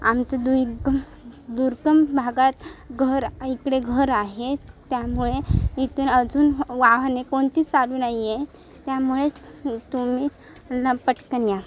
आमचं दुइगम दुर्गम भागात घर इकडे घर आहे त्यामुळे इथून अजून वाहने कोणती चालू नाही आहे त्यामुळे तुम्ही न पटकन या